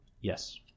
Yes